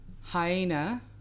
Hyena